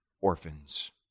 orphans